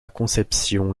conception